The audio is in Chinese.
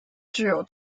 具有